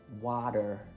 Water